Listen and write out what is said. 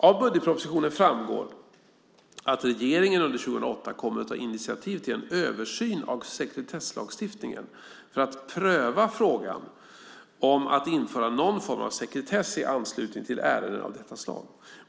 Av budgetpropositionen framgår att regeringen under 2008 kommer att ta initiativ till en översyn av sekretesslagstiftningen för att pröva frågan om att införa någon form av sekretess i anslutning till ärenden av detta slag.